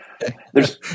there's-